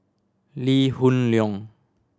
Lee Hoon Leong